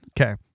Okay